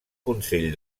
consell